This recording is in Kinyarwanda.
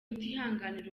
utihanganira